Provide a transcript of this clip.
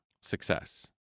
success